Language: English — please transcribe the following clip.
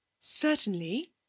Certainly